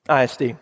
ISD